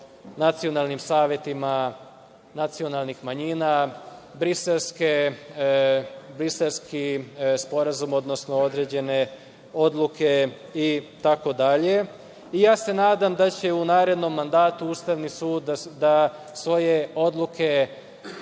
nacionalnim savetima nacionalnih manjina, Briselski sporazum, odnosno određene odluke itd. Nadam se da će u narednom mandatu Ustavni sud svoje odluke